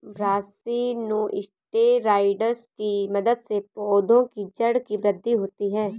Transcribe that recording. brassinosteroids की मदद से पौधों की जड़ की वृद्धि होती है